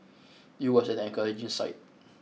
it was an encouraging sight